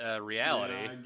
reality